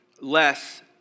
less